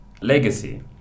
Legacy